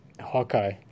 Hawkeye